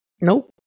Nope